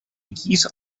geese